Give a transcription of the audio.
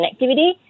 connectivity